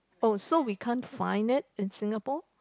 oh so we can't find it in Singapore